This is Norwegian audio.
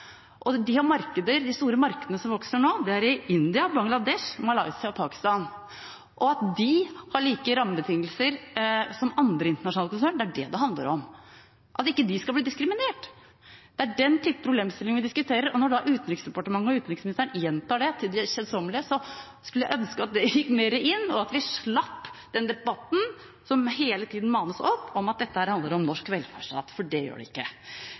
Og de har markeder – de store markedene som vokser nå, er i India, Bangladesh, Malaysia og Pakistan. At de har like rammebetingelser som andre internasjonale konsern, det er det det handler om, at de ikke skal bli diskriminert. Det er den typen problemstillinger vi diskuterer. Når Utenriksdepartementet og utenriksministeren gjentar det til det kjedsommelige, skulle jeg ønske at det gikk mer inn, og at vi slapp den debatten som hele tiden manes fram om at dette handler om norsk velferdsstat, for det gjør det ikke.